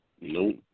Nope